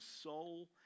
soul